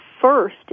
first